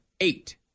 eight